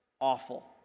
Awful